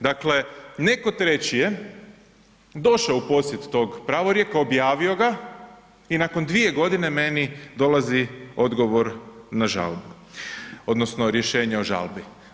Dakle, netko treći je došao u posjed tog pravorijeka, objavio ga i nakon 2 godine meni dolazi odgovor na žalbu odnosno rješenje o žalbi.